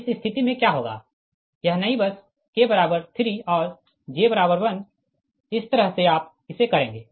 इस स्थिति में क्या होगा यह नई बस k3 और j1 इस तरह से आप इसे करेंगे